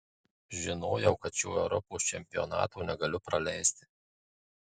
žinojau kad šio europos čempionato negaliu praleisti